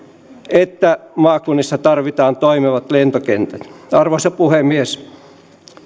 että maakunnissa tarvitaan toimivat lentokentät arvoisa puhemies